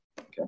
Okay